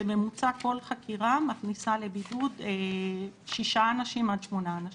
בממוצע כל חקירה מכניסה לבידוד שישה עד שמונה אנשים.